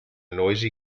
noisy